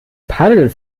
paddel